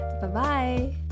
Bye-bye